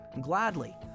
Gladly